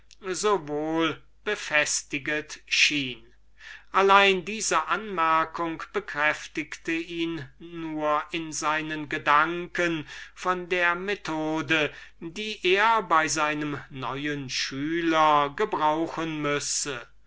seite sowohl befestiget schien allein diese anmerkung bekräftigte ihn nur in seinen gedanken von der methode die er bei seinem neuen schüler gebrauchen müsse